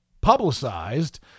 publicized